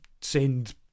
send